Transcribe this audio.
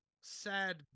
sad